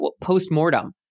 postmortem